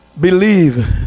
believe